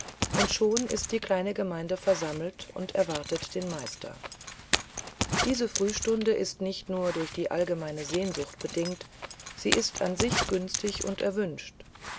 und schon ist die kleine gemeinde versammelt und erwartet den meister diese fühstunde ist nicht nur durch die allgemeine sehnsucht bedingt sie ist an sich günstig und erwünscht